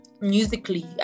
musically